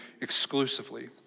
exclusively